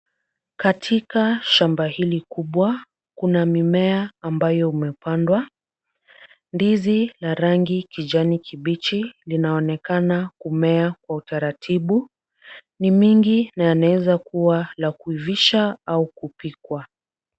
Katika shamba hili kubwa kuna mimea, ambayo imepandwa, ndizi la rangi kijani kibichi linaonekana kumea inaonekana kumea kwa utaratibu, ni mingi na linaonekana kuwa la kupika au kuivishwa.